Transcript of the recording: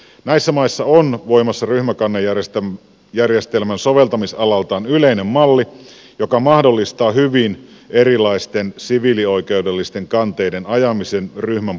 näissä maissa on voimassa ryhmäkannejärjestelmän soveltamisalaltaan yleinen malli joka mahdollistaa hyvin erilaisten siviilioikeudellisten kanteiden ajamisen ryhmän puolesta